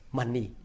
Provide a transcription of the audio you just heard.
money